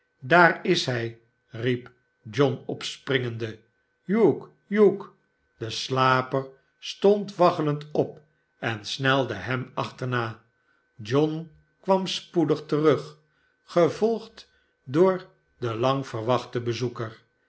daar is hij riep john opspringende hugh hugh de slaper stond waggelend op en snelde hem achterna john kwam spoedig terug gevolgd door den langverwachten bezoeker